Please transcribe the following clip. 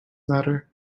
matter